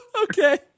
Okay